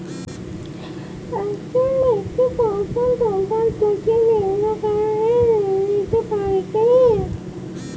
এক জন ব্যক্তি পরপর দুবার দুটি ভিন্ন কারণে ঋণ নিতে পারে কী?